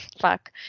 Fuck